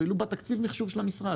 אפילו בתקציב המחשוב של המשרד,